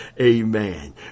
Amen